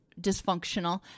dysfunctional